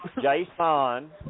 Jason